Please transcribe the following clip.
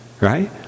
right